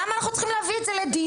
למה אנחנו צריכים להביא את זה לדיון?